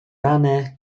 ranę